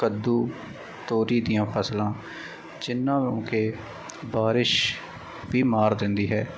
ਕੱਦੂ ਤੋਰੀ ਦੀਆਂ ਫ਼ਸਲਾਂ ਜਿੰਨਾ ਨੂੰ ਕਿ ਬਾਰਿਸ਼ ਵੀ ਮਾਰ ਦਿੰਦੀ ਹੈ